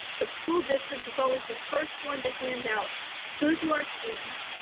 the school district is always the first one to hand out food to our students.